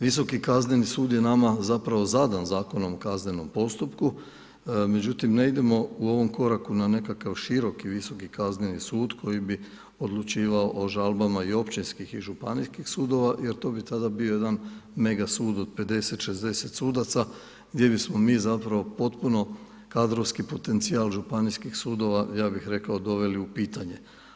Visoki kazneni sud je nama zapravo zadan Zakonom o kaznenom postupku, međutim ne idemo u ovom koraku na nekakav široki Visoki kazneni sud koji bi odlučivao o žalbama i općinskih i županijskih sudova jer to bi tada bio jedan mega sud od 50, 60 sudaca gdje bismo mi zapravo potpuno kadrovski potencijal županijskih sudova ja bih rekao doveli u pitanje.